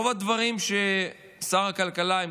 רוב הדברים ששר הכלכלה מציג,